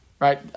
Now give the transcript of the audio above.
right